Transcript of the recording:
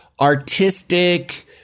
artistic